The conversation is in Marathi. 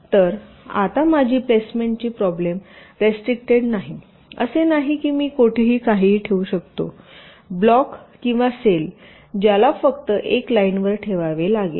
तर आता माझी प्लेसमेंटची प्रॉब्लेम रेस्ट्रिक्टेड नाही असे नाही की मी कुठेही काहीही ठेवू शकतो ब्लॉक किंवा सेल ज्याला फक्त एका लाईन वर ठेवावे लागेल